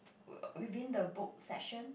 within the book section